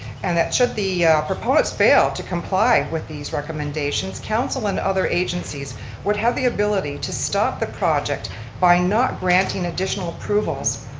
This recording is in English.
and that should the proponents fail to comply with these recommendations, council and other agencies would have the ability to stop the project by not granting additional approvals,